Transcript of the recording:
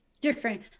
different